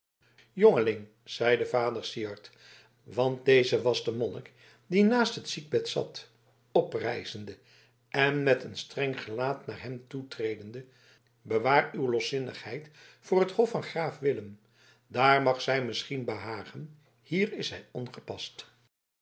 jongeling zeide vader syard want deze was de monnik die naast net ziekbed zat oprijzende en met een streng gelaat naar hem toetredende bewaar uw loszinnigheid voor het hof van graaf willem daar mag zij misschien behagen hier is zij ongepast